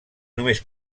només